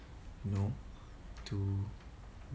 you know to